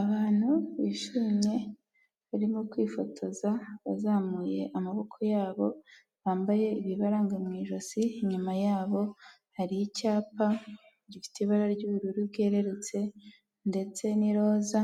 Abantu bishimye barimo kwifotoza bazamuye amaboko yabo bambaye ibibaranga mu ijosi, inyuma yabo hari icyapa gifite ibara ry'ubururu bwerurutse ndetse n'iroza,